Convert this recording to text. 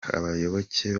abayoboke